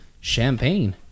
champagne